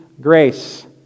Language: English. grace